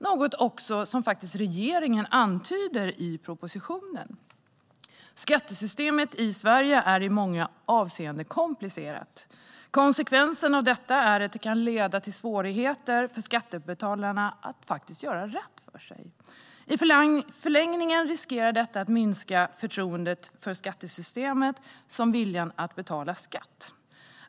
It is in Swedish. Det är något som också regeringen antyder i propositionen. Skattesystemet i Sverige är i många avseenden komplicerat. Konsekvensen av detta är att det kan leda till svårigheter för skattebetalarna att göra rätt för sig. I förlängningen riskerar detta att minska såväl förtroendet för skattesystemet som viljan att betala skatt.